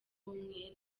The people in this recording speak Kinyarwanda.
umwere